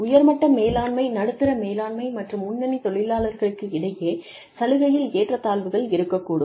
உயர்மட்ட மேலாண்மை நடுத்தர மேலாண்மை மற்றும் முன்னணி தொழிலாளர்களிடையே சலுகைகளில் ஏற்றத்தாழ்வுகள் இருக்கக்கூடும்